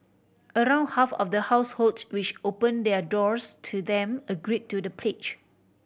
around half of the households which open their doors to them agree to the pledge